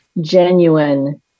genuine